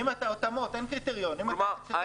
כלומר,